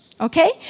Okay